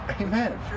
Amen